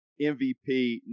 MVP